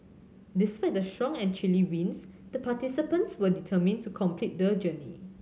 despite the strong and chilly winds the participants were determined to complete the journey